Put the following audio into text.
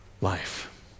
life